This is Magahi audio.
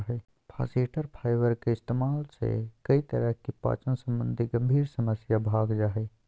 फास्इटर फाइबर के इस्तेमाल से कई तरह की पाचन संबंधी गंभीर समस्या भाग जा हइ